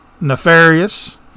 nefarious